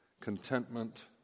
contentment